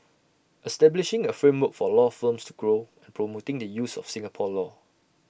establishing A framework for law firms to grow and promoting the use of Singapore law